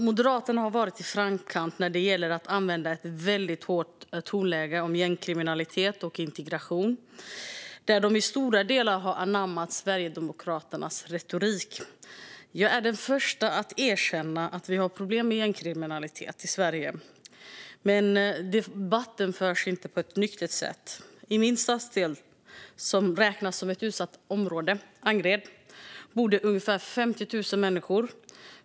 Moderaterna har varit i framkant när det gäller att använda ett väldigt högt tonläge rörande gängkriminalitet och integration, och de har i stora delar anammat Sverigedemokraternas retorik. Jag är den första att erkänna att vi har problem med gängkriminalitet i Sverige, men debatten förs inte på ett nyktert sätt. I min stadsdel, Angered, som räknas som ett utsatt område, bor det ungefär 50 000 människor.